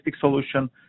solution